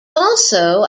also